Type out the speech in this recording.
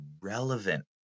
relevant